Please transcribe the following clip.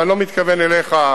ואני לא מתכוון אליך,